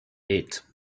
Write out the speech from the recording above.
eight